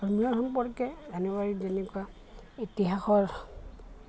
ধৰ্মীয় সম্পৰ্কে যেনেকুৱা ইতিহাসৰ